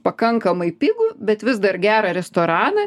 pakankamai pigų bet vis dar gerą restoraną